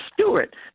Stewart